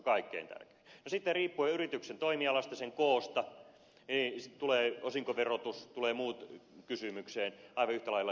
no sitten riippuen yrityksen toimialasta sen koosta tulevat osinkoverotus ja muut kysymykseen aivan yhtä lailla